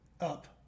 up